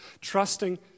Trusting